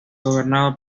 gobernado